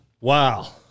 Wow